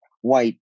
white